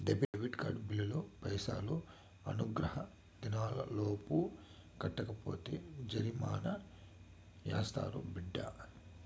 credit card బిల్లులు పైసలు అనుగ్రహ దినాలలోపు కట్టకపోతే జరిమానా యాస్తారు బిడ్డా